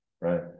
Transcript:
right